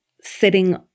sitting